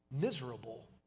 miserable